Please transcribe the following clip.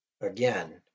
Again